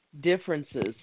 Differences